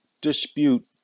dispute